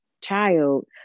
child